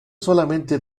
solamente